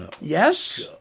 Yes